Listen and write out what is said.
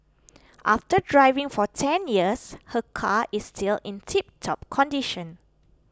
after driving for ten years her car is still in tiptop condition